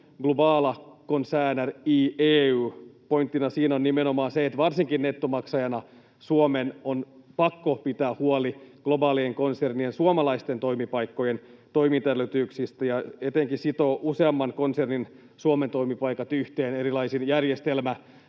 globala koncerner i EU. Pointtina siinä on nimenomaan se, että varsinkin nettomaksajana Suomen on pakko pitää huoli globaalien konsernien suomalaisten toimipaikkojen toimintaedellytyksistä ja etenkin sitoa useamman konsernin Suomen-toimipaikat yhteen erilaisin järjestelmä-,